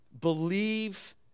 Believe